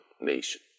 nation